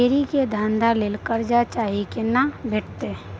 फेरी के धंधा के लेल कर्जा चाही केना भेटतै?